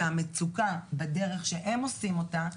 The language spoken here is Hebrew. שהמצוקה בדרך שהם עושים אותה,